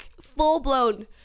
Full-blown